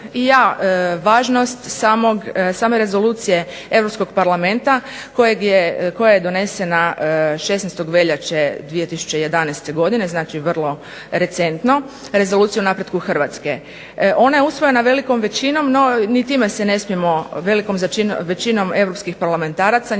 i ja važnost same rezolucije Europskog Parlamenta koja je donesena 16. veljače 2011. godine, znači vrlo recentno, rezoluciju o napretku Hrvatske. Ona je usvojena velikom većinom, no ni time se ne smijemo velikom većinom europskih parlamentaraca, njihovih